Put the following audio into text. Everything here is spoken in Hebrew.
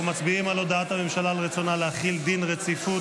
אנחנו מצביעים על הודעת הממשלה על רצונה להחיל דין רציפות